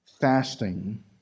fasting